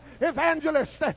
evangelist